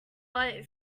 but